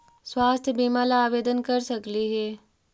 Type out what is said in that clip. स्वास्थ्य बीमा ला आवेदन कर सकली हे?